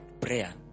Prayer